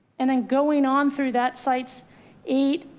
and then going on through that, site's eight.